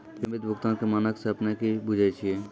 विलंबित भुगतान के मानक से अपने कि बुझै छिए?